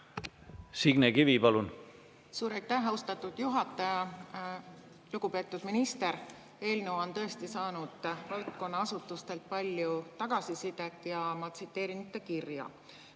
Signe Kivi, palun! Suur aitäh, austatud juhataja! Lugupeetud minister! Eelnõu on tõesti saanud valdkonna asutustelt palju tagasisidet ja ma tsiteerin ühte kirja,